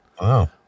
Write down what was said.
Wow